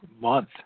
month